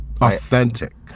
authentic